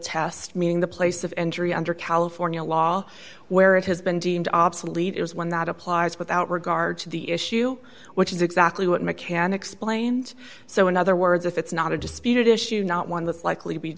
test meaning the place of entry under california law where it has been deemed obsolete is one that applies without regard to the issue which is exactly what mccann explained so in other words if it's not a disputed issue not one that's likely